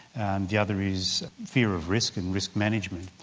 and the other is fear of risk and risk management.